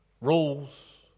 rules